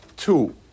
Two